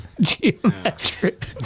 Geometric